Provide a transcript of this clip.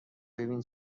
ببین